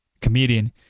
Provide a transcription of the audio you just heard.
comedian